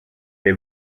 they